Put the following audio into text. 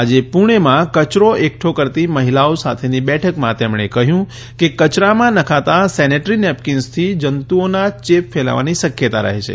આજે પુણેમાં કયરો એકઠો કરતી મહિલાઓ સાથેની બેઠકમાં તેમણે કહ્યું કે કયરામાં નખાતા સેની રી નેપકીન્સથી જંતુઓના ચેપ ફેલાવાની શકથતા રહે છે